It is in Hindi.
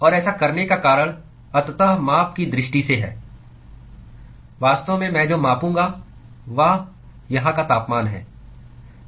और ऐसा करने का कारण अंततः माप की दृष्टि से है वास्तव में मैं जो मापूंगा वह यहां का तापमान है